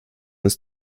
ist